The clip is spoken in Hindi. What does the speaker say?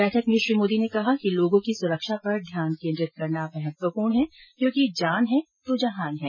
बैठक में श्री मोदी ने कहा कि लोगों की सुरक्षा पर ध्यान केन्द्रित करना महत्वपूर्ण है क्योंकि जान है तो जहान है